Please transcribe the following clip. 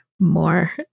more